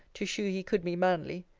to shew he could be manly.